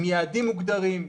עם יעדים מוגדרים.